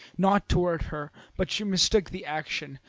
not toward her but she mistook the action,